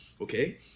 okay